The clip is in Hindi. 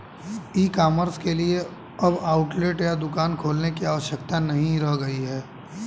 ई कॉमर्स के लिए अब आउटलेट या दुकान खोलने की आवश्यकता नहीं रह गई है